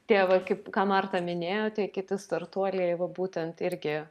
tai va kaip ką marta minėjo tai kiti startuoliai va būtent irgi